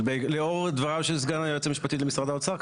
לאור דבריו של סגן היועצת המשפטית למשרד האוצר,